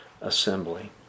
assembly